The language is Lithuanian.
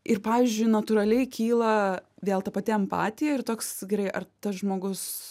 ir pavyzdžiui natūraliai kyla vėl ta pati empatija ir toks gerai ar tas žmogus